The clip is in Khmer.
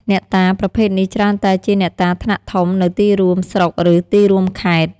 អ្នកតាប្រភេទនេះច្រើនតែជាអ្នកតាថ្នាក់ធំនៅទីរួម ស្រុក ឬ ទីរួមខេត្ត។